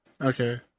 Okay